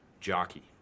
jockey